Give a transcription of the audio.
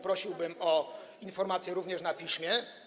Prosiłbym o informację, również na piśmie.